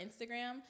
Instagram